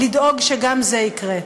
לדאוג שגם זה יקרה.